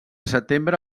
setembre